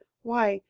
why,